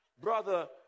brother